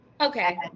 Okay